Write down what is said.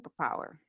superpower